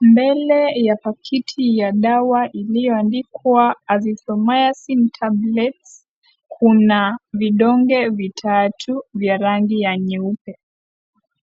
Mbele ya pakiti ya dawa iliyoandikwa kuwa azithromyoin tablets kuna vidonge vitatu vya rangi ya nyeupe